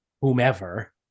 whomever